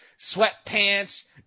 sweatpants